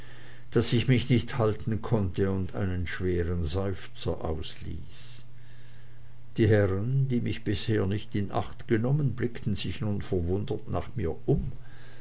daß ich mich nicht halten konnte und einen schweren seufzer ausließ die herren die mich bisher nicht in acht genommen blickten sich nun verwundert nach mir um